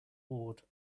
ward